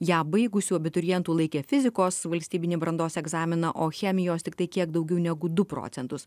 ją baigusių abiturientų laikė fizikos valstybinį brandos egzaminą o chemijos tiktai kiek daugiau negu du procentus